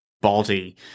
body